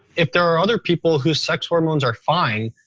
if there are other people whose sex hormones are fine,